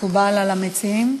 מקובל על המציעים?